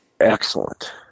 Excellent